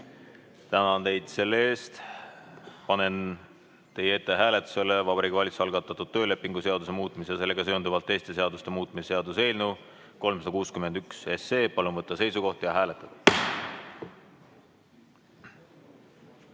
Tänan teid selle eest. Panen teie ette hääletusele Vabariigi Valitsuse algatatud töölepingu seaduse muutmise ja sellega seonduvalt teiste seaduste muutmise seaduse eelnõu 361. Palun võtta seisukoht ja hääletada!